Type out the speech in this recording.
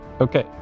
Okay